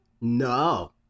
No